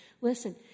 Listen